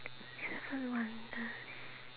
seven wonders